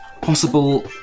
possible